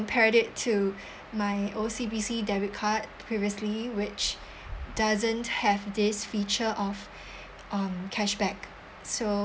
compared it to my O_C_B_C debit card previously which doesn't have this feature of um cashback so